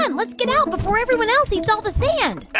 and let's get out before everyone else eats all the sand